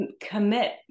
commit